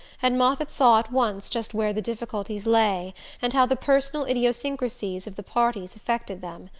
and moffatt saw at once just where the difficulties lay and how the personal idiosyncrasies of the parties affected them.